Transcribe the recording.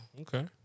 Okay